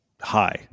high